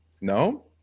No